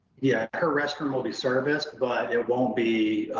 yeah, her restaurant will be serviced, but it won't be,